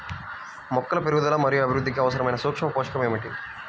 మొక్కల పెరుగుదల మరియు అభివృద్ధికి అవసరమైన సూక్ష్మ పోషకం ఏమిటి?